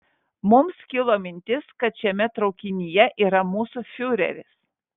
mums kilo mintis kad šiame traukinyje yra mūsų fiureris